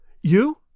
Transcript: You